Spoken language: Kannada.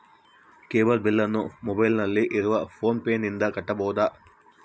ಕೇಬಲ್ ಬಿಲ್ಲನ್ನು ಮೊಬೈಲಿನಲ್ಲಿ ಇರುವ ಫೋನ್ ಪೇನಿಂದ ಕಟ್ಟಬಹುದಾ?